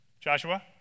Joshua